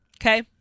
Okay